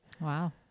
Wow